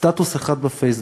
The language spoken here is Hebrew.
סטטוס אחד בפייסבוק,